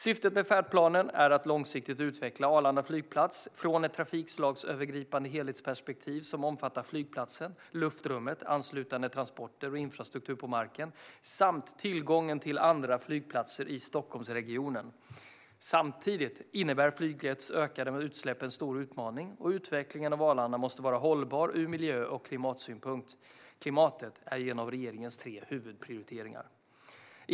Syftet med färdplanen är att långsiktigt utveckla Arlanda flygplats, genom ett trafikslagsövergripande helhetsperspektiv som omfattar flygplatsen, luftrummet, anslutande transporter och infrastruktur på marken samt tillgången till andra flygplatser i Stockholmsregionen. Samtidigt innebär flygets ökande utsläpp en stor utmaning, och utvecklingen av Arlanda måste vara hållbar ur miljö och klimatsynpunkt. Klimatet är en av regeringens tre huvudprioriteringar.